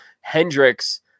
Hendrick's